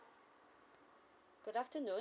good afternoon